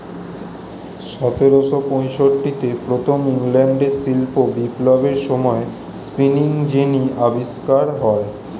সতেরোশো পঁয়ষট্টিতে প্রথম ইংল্যান্ডের শিল্প বিপ্লবের সময়ে স্পিনিং জেনি আবিষ্কার হয়